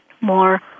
more